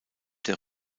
der